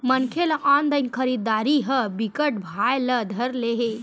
मनखे ल ऑनलाइन खरीदरारी ह बिकट भाए ल धर ले हे